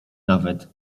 nawet